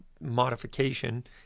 modification